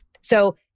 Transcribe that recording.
So-